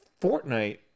Fortnite